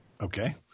okay